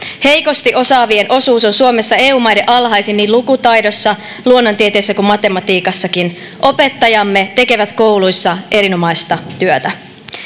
heikosti osaavien osuus on suomessa eu maiden alhaisin niin lukutaidossa luonnontieteissä kuin matematiikassakin opettajamme tekevät kouluissa erinomaista työtä